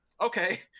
okay